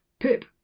pip